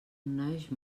naix